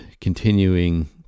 continuing